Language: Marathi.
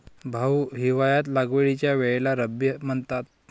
भाऊ, हिवाळ्यात लागवडीच्या वेळेला रब्बी म्हणतात